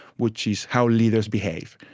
which is how leaders behave.